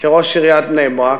כראש עיריית בני-ברק,